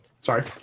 Sorry